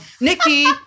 Nikki